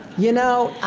you know,